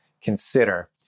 consider